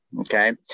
Okay